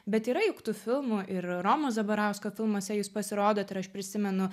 bet yra juk tų filmų ir romo zabarausko filmuose jūs pasirodot ir aš prisimenu